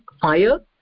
fire